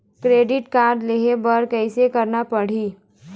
Credit card लेहे बर कैसे करना पड़ही?